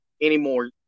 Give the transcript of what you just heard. Anymore